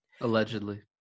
allegedly